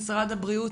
ממשרד הבריאות,